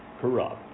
corrupt